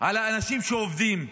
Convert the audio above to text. על האנשים שעובדים,